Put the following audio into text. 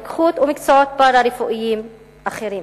רוקחות ומקצועות פארה-רפואיים אחרים.